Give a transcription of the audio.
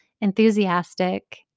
enthusiastic